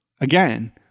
Again